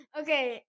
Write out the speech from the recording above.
okay